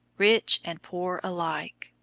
rich and poor alike.